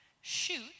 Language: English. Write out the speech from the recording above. shoot